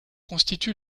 constitue